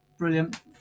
Brilliant